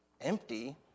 empty